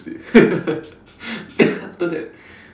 sleep then after that